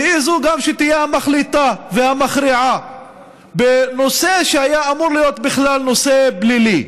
והיא גם שתהיה המחליטה והמכריעה בנושא שהיה אמור להיות בכלל נושא פלילי.